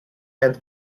and